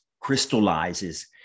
crystallizes